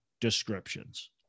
descriptions